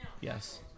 Yes